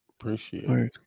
Appreciate